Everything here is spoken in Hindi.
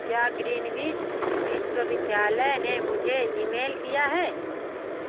क्या ग्रीनविच विश्वविद्यालय ने मुझे ईमेल किया है